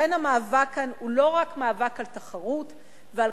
לכן המאבק כאן הוא לא רק מאבק על תחרות ועל